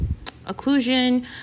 occlusion